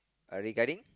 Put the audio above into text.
uh regarding